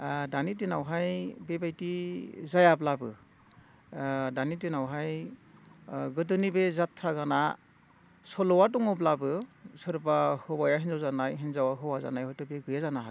दानि दिनावहाय बेबायदि जायाब्लाबो दानि दिनावहाय गोदोनि बे जाथ्रा गाना सल'आ दङब्लाबो सोरबा हौवाया हिनजाव जानाय हिनजावआ हौवा जानाय हयथ' बे गैया जानो हागौ